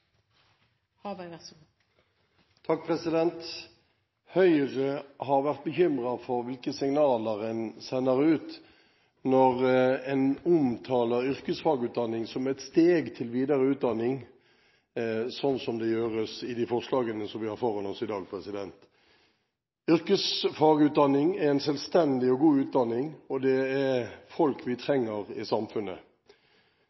Høyre har vært bekymret for hvilke signaler en sender ut når en omtaler yrkesfagutdanning som et steg til videre utdanning, sånn som det gjøres i de forslagene som vi har foran oss i dag. Yrkesfagutdanning er en selvstendig og god utdanning, og det er folk vi